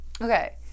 Okay